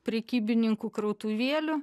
prekybininkų krautuvėlių